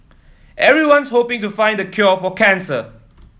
everyone's hoping to find the cure for cancer